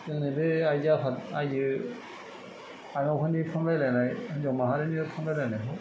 जोंनि बे आइजो आफाद आइजो हायाव मानि फन रायज्लायनाय हिनजाव माहारिनि फन रायज्लायनायखौ